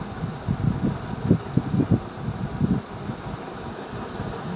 अन्य बाजार के तुलना मे विदेशी मुद्रा बाजार सबसे अधिक स्थायित्व वाला बाजार हय